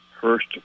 First